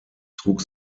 trug